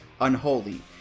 unholy